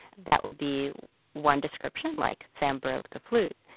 that would be one description, like, sam broke the flute.